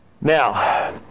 Now